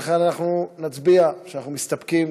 לכן אנחנו נצביע שאנחנו מסתפקים,